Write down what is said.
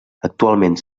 actualment